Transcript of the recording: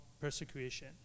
persecution